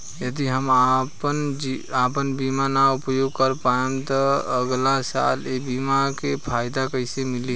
यदि हम आपन बीमा ना उपयोग कर पाएम त अगलासाल ए बीमा के फाइदा कइसे मिली?